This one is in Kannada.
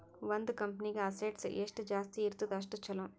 ಒಂದ್ ಕಂಪನಿಗ್ ಅಸೆಟ್ಸ್ ಎಷ್ಟ ಜಾಸ್ತಿ ಇರ್ತುದ್ ಅಷ್ಟ ಛಲೋ